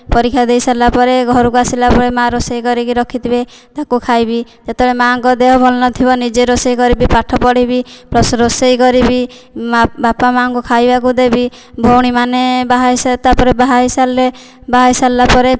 ପରୀକ୍ଷା ଦେଇସାରିଲା ପରେ ଘରକୁ ଆସିଲା ପରେ ମାଆ ରୋଷେଇ କରିକି ରଖିଥିବେ ତାକୁ ଖାଇବି ଯେତେବେଳେ ମାଙ୍କ ଦେହ ଭଲ ନଥିବ ନିଜେ ରୋଷେଇ କରିବି ପାଠ ପଢ଼ିବି ପ୍ଲସ୍ ରୋଷେଇ କରିବି ବାପା ମାଙ୍କୁ ଖାଇବାକୁ ଦେବି ଭଉଣୀମାନେ ତାପରେ ବାହା ହୋଇସାରିଲେ ବାହା ହୋଇସାରିଲା ପରେ